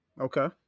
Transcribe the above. okay